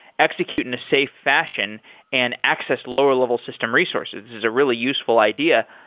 execute in a safe fashion and access lower-level system resources. this is a really useful idea.